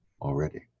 already